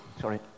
sorry